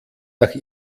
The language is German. nach